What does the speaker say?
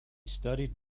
studied